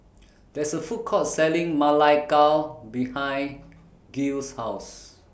There IS A Food Court Selling Ma Lai Gao behind Giles' House